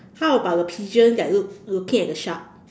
how about the pigeon that look~ looking at the shark